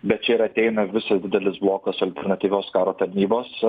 bet čia ir ateina visas didelis blokas alternatyvios karo tarnybos